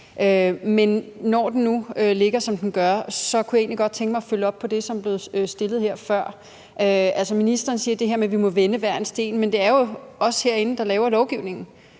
Men når den nu ligger, som den gør, kunne jeg egentlig godt tænke mig at følge op på det, som blev sagt før. Ministeren siger det der med, at vi må vende hver en sten, men det er jo os herinde, der laver lovgivningen,